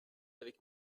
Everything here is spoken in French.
avec